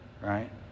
right